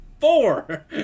four